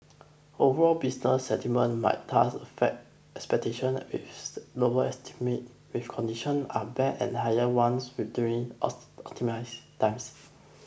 overall business sentiment might thus affect expectations with lower estimates when conditions are bad and higher ones during optimistic times